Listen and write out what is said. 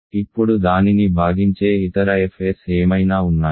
ఇప్పుడు దానిని భాగించే ఇతర fs ఏమైనా ఉన్నాయా